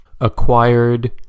Acquired